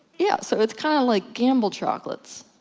yeah, so, it's kinda like gamble chocolates.